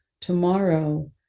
tomorrow